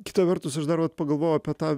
kita vertus aš dar vat pagalvoju apie tą